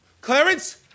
Clarence